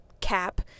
cap